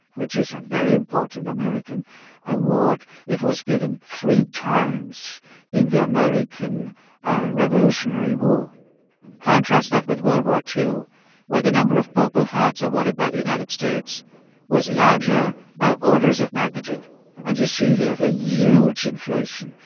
which is a very important american award. it was given three times in the american ah revolutionary war contrast that with world war ii where the number of purple hearts awarded by the united states was larger by orders of magnitude and you see here the huge inflation.